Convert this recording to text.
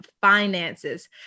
finances